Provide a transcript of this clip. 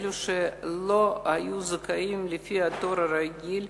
אלה שלא היו זכאים לפי התור הרגיל,